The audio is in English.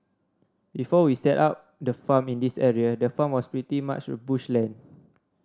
before we set up the farm in this area the farm was pretty much bush land